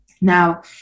Now